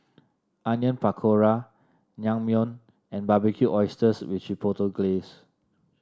Onion Pakora Naengmyeon and Barbecued Oysters with Chipotle Glaze